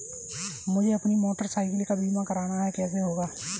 मुझे अपनी motorcycle का बीमा करना है कैसे होगा?